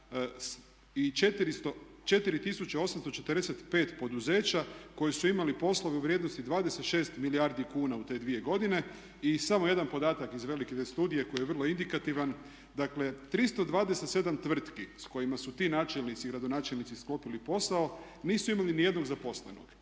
i 4845 poduzeća koji su imali poslove u vrijednosti 26 milijardi kuna u te dvije godine i samo jedan podatak iz velike studije koji je vrlo indikativan dakle 327 tvrtki s kojima su ti načelnici i gradonačelnici sklopili posao nisu imali ni jednog zaposlenog.